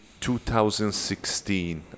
2016